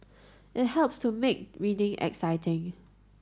it helps to make reading exciting